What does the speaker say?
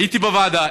הייתי בוועדה,